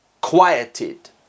quieted